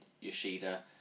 Yoshida